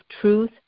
truth